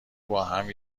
باهم